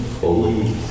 Holy